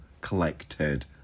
collected